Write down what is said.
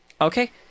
Okay